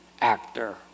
actor